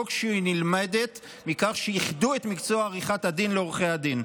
שנלמד מכך שייחדו את מקצוע עריכת הדין לעורכי הדין.